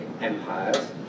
empires